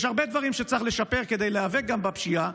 יש הרבה דברים שצריך לשפר כדי להיאבק, גם בפשיעה,